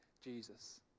Jesus